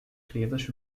criados